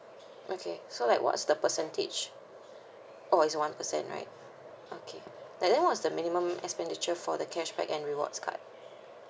okay so like what's the percentage oh is one percent right okay but then what is the minimum expenditure for the cashback and rewards card